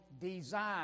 design